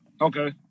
okay